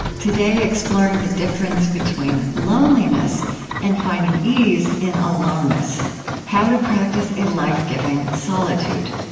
today exploring the difference between loneliness and finding ease in aloneness how to practice a life-giving solitude.